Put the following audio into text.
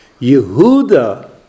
Yehuda